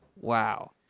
Wow